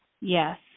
Yes